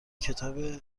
کتاب